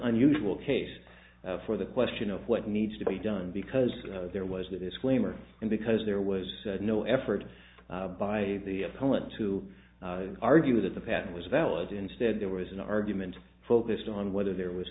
unusual case for the question of what needs to be done because there was a disclaimer and because there was no effort by the opponent to argue that the patent was valid instead there was an argument focused on whether there was